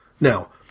now